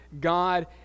God